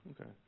Okay